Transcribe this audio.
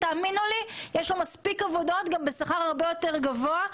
תאמינו לי שיש מספיק עבודות גם בשכר יותר גבוה,